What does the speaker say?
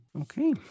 Okay